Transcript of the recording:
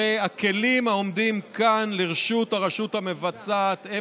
הרי הכלים העומדים כאן לרשות הרשות המבצעת הם